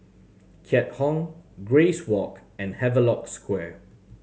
Keat Hong Grace Walk and Havelock Square